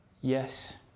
Yes